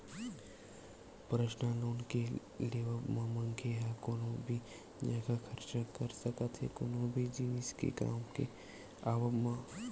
personal loan के लेवब म मनखे ह कोनो भी जघा खरचा कर सकत हे कोनो भी जिनिस के काम के आवब म